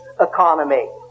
economy